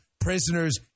prisoners